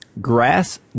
Grass